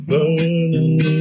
Burning